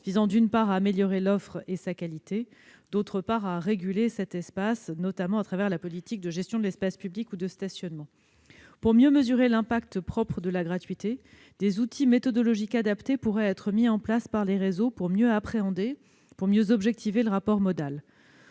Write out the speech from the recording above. visant, d'une part, à améliorer l'offre et la qualité des transports, d'autre part, à réguler l'espace, notamment à travers la politique de gestion de l'espace public ou de stationnement. Pour mieux mesurer l'impact propre de la gratuité, des outils méthodologiques adaptés pourraient être mis en place par les réseaux. Ils permettraient de mieux appréhender et objectiver le report modal.